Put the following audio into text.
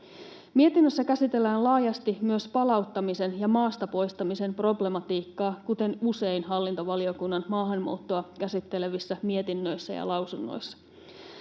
Mietinnössä käsitellään laajasti myös palauttamisen ja maasta poistamisen problematiikkaa, kuten usein hallintovaliokunnan maahanmuuttoa käsittelevissä mietinnöissä ja lausunnoissa.